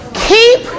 Keep